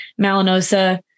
Malinosa